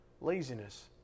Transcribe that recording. laziness